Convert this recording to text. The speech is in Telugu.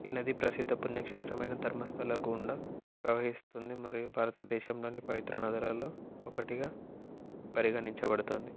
ఈ నది ప్రసిద్ధ పుణ్యక్షేత్రమైన ధర్మస్థల గుండా ప్రవహిస్తుంది మరియు భారతదేశంలోని పవిత్ర నదులలో ఒకటిగా పరిగణించబడుతుంది